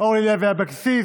אורלי לוי אבקסיס,